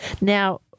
Now